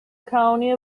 colony